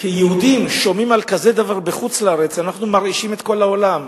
כיהודים שומעים על כזה דבר בחוץ-לארץ אנחנו מרעישים את כל העולם,